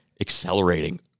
accelerating